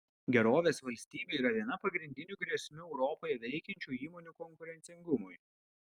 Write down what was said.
gerovės valstybė yra viena pagrindinių grėsmių europoje veikiančių įmonių konkurencingumui